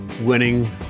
winning